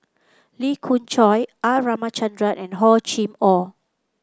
Lee Khoon Choy R Ramachandran and Hor Chim Or